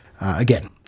Again